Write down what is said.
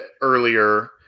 earlier